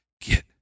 get